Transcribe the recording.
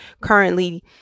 currently